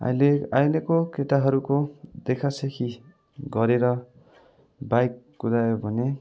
अहिले अहिलेको केटाहरूको देखासिकी गरेर बाइक कुदायो भने